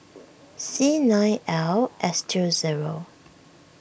C nine L S two zero